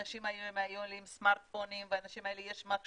לאנשים האלה יש סמארטפונים ומחשבים